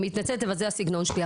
אני מתנצלת אבל זה הסגנון שלי.